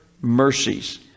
mercies